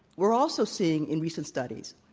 we're also seeing, in recent studies,